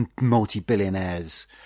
multi-billionaires